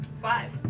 Five